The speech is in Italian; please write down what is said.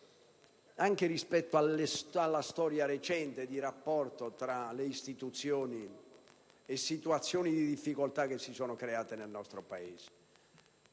anche rispetto alla storia recente del rapporto tra le istituzioni e le situazioni di difficoltà che si sono verificate nel nostro Paese.